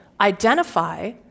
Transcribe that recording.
identify